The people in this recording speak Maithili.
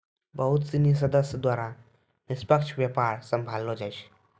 बहुत सिनी सदस्य द्वारा निष्पक्ष व्यापार सम्भाललो जाय छै